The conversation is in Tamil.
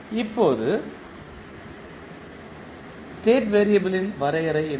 இப்போது ஸ்டேட் வேறியபிள் யின் வரையறை என்ன